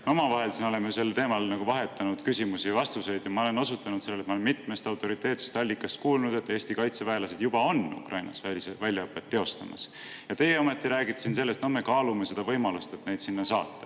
on. Omavahel oleme sel teemal [esitanud] küsimusi ja vastuseid ja ma olen osutanud sellele, et olen mitmest autoriteetsest allikast kuulnud, et Eesti kaitseväelased juba on Ukrainas väljaõpet teostamas. Teie räägite siin sellest, et me kaalume võimalust neid sinna saata.